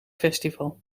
festival